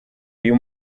uyu